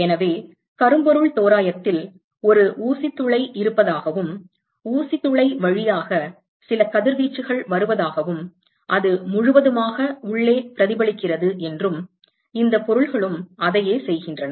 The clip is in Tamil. எனவே கரும்பொருள் தோராயத்தில் ஒரு ஊசி துளை பின்ஹோல் இருப்பதாகவும் ஊசி துளை பின்ஹோல் வழியாக சில கதிர்வீச்சுகள் வருவதாகவும் அது முழுவதுமாக உள்ளே பிரதிபலிக்கிறது என்றும் இந்த பொருள்களும் அதையே செய்கின்றன